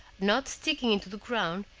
not sticking into the ground,